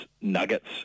Nuggets